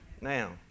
Now